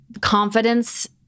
confidence